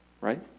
right